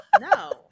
No